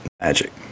Magic